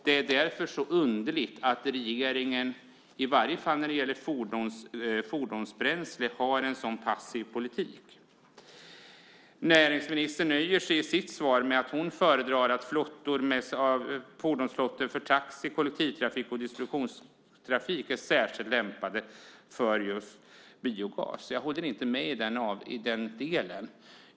Det är därför så underligt att regeringen i varje fall när det gäller fordonsbränsle har en sådan passiv politik. Näringsministern nöjer sig i sitt svar med att säga att hon anser att fordonsflottor för taxi, kollektivtrafik och distributionstrafik är särskilt lämpade för just biogas. Jag håller inte med i den delen.